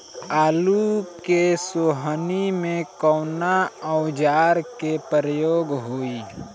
आलू के सोहनी में कवना औजार के प्रयोग होई?